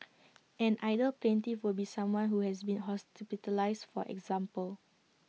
an ideal plaintiff would be someone who has been hospitalised for example